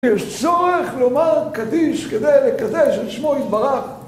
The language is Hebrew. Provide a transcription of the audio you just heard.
יש צורך לומר קדיש, כדי לקדש את שמו יתברך